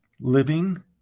living